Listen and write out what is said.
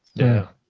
yeah.